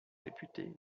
réputés